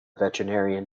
veterinarian